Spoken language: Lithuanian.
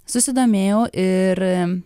susidomėjau ir